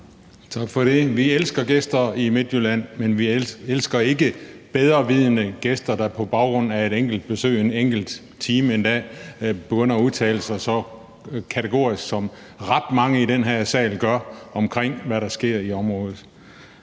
Tak for det. Vi elsker gæster i Midtjylland, men vi elsker ikke bedrevidende gæster, der på baggrund af et enkelt besøg en enkelt time begynder at udtale sig så kategorisk, som ret mange i den her sal gør, om, hvad der sker i området.